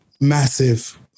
massive